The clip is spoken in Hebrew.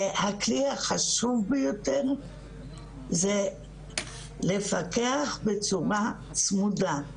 והכלי החשוב ביותר זה לפקח בצורה צמודה.